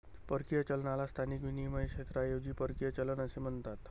परकीय चलनाला स्थानिक विनिमय क्षेत्राऐवजी परकीय चलन असे म्हणतात